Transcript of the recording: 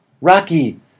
Rocky